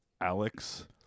Alex